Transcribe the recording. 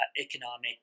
economic